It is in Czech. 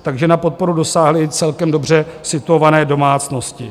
Takže na podporu dosáhly i celkem dobře situované domácnosti.